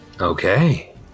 Okay